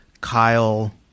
Kyle